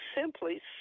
simply